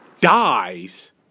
dies